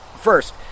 First